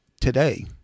today